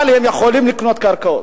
אבל הם יכולים לקנות קרקעות.